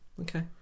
Okay